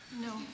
No